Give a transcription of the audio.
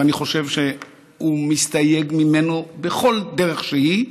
ואני חושב שהוא מסתייג ממנו בכל דרך שהיא.